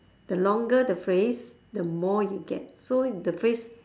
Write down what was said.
the longer the phrase the more you get so the phrase